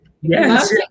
Yes